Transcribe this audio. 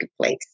place